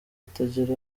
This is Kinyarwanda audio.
atagira